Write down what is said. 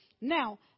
Now